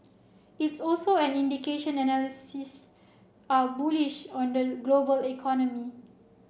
it's also an indication analysts are bullish on the global economy